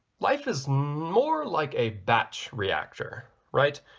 life is more like a batch reactor right